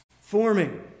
forming